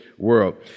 world